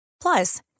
Plus